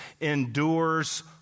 endures